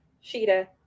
Sheeta